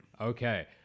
Okay